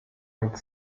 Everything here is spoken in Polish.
nad